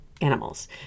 animals